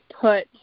put